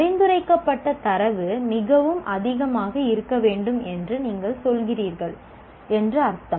பரிந்துரைக்கப்பட்ட தரவு மிகவும் அதிகமாக இருக்க வேண்டும் என்று நீங்கள் சொல்கிறீர்கள் என்று அர்த்தம்